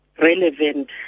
relevant